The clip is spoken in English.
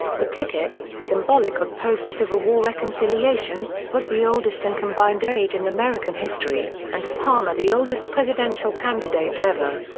the ticket, symbolic of post-civil war reconciliation, was the oldest in combined age in american history, and palmer the oldest presidential candidate ever.